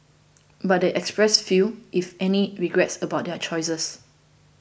but they expressed few if any regrets about their choices